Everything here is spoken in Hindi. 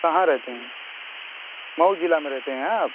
कहाँ रहते हैं महू जिला में रहते हैं आप